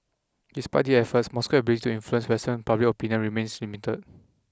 despite these efforts Moscow's ability to influence western public opinion remains limited